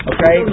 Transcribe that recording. Okay